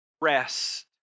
rest